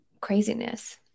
craziness